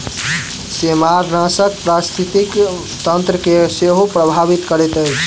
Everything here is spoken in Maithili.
सेमारनाशक पारिस्थितिकी तंत्र के सेहो प्रभावित करैत अछि